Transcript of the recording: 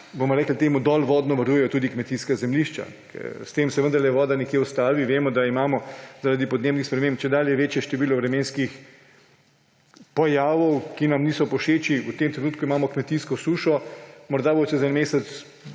bomo rekli temu, dolvodno varujejo tudi kmetijska zemljišča, ker se s tem vendarle voda nekje ustavi. Vemo, da imamo zaradi podnebnih sprememb čedalje večje število vremenskih pojavov, ki nam niso povšeči. V tem trenutku imamo kmetijsko sušo, morda bo čez en mesec